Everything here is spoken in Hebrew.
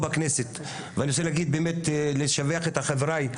אני רוצה לשבח את חבריי,